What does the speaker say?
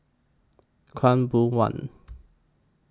Khaw Boon Wan